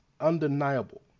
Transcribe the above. undeniable